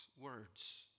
words